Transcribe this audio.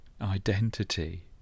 identity